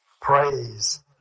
praise